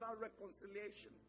reconciliation